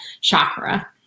chakra